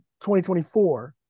2024